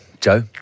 Joe